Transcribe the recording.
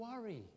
worry